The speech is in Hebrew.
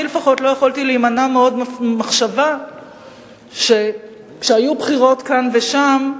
אני לפחות לא יכולתי להימנע ממחשבה שכשהיו בחירות כאן ושם,